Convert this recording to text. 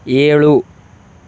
ಏಳು